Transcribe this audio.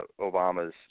Obama's